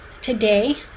today